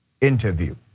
interview